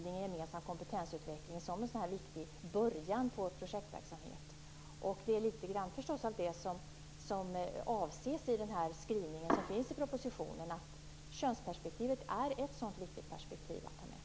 Där är en gemensam kompetensutveckling en viktig början på en projektverksamhet. Litet grand av detta avses i skrivningen i propositionen om att könsperspektivet är ett viktigt perspektiv att ta med.